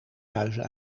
huizen